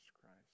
Christ